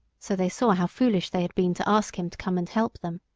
so they saw how foolish they had been to ask him to come and help them.